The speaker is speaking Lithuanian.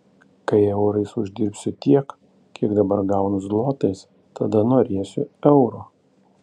kai eurais uždirbsiu tiek kiek dabar gaunu zlotais tada norėsiu euro